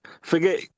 Forget